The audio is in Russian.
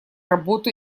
работу